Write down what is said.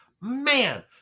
man